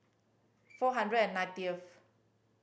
four hundred and ninetieth